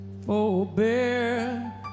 forbear